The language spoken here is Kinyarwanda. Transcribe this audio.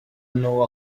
nuwo